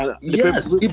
yes